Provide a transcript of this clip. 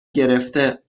گرفته